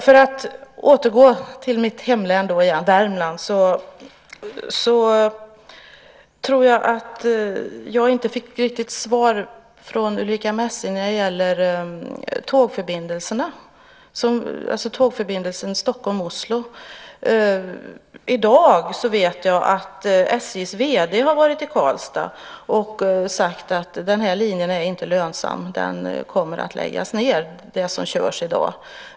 För att återgå till mitt hemlän Värmland tror jag inte riktigt att jag fick svar från Ulrica Messing när det gällde tågförbindelsen Stockholm-Oslo. I dag vet jag att SJ:s vd har varit i Karlstad och sagt att den här linjen inte är lönsam. Den linje som körs i dag kommer att läggas ned.